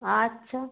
আচ্ছা